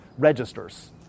Registers